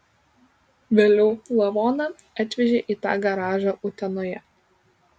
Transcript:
vėliau lavoną atvežė į tą garažą utenoje